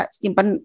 simpan